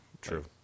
True